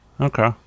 Okay